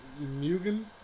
Mugen